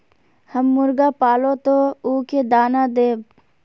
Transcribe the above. हम मुर्गा पालव तो उ के दाना देव?